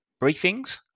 briefings